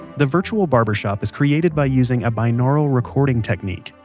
the virtual barbershop is created by using a binaural recording technique.